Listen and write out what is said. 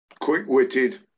Quick-witted